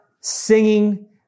singing